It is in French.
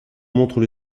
montrent